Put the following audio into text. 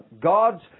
God's